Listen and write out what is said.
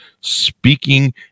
speaking